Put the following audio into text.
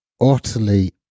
utterly